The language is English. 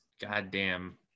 goddamn